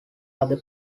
other